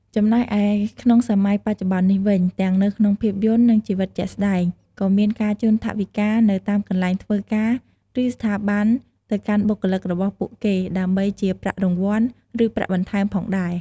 ចំំណែកឯក្នុងសម័យបច្ចុប្បន្ននេះវិញ ទាំងនៅក្នុងភាពយន្ត និងជីវិតជាក់ស្ដែង ក៏មានការជូនថវិកានៅតាមកន្លែងធ្វើការ ឬ ស្ថាប័នទៅកាន់បុគ្គលិករបស់ពួកគេដើម្បីជាប្រាក់រង្វាន់ ឬប្រាក់បន្ថែមផងដែរ។